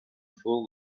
full